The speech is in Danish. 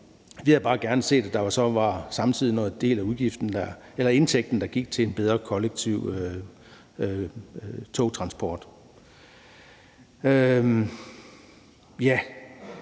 Vi havde bare gerne set, at en del af indtægten samtidig gik til en bedre kollektiv togtransport.